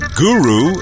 guru